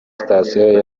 sitasiyo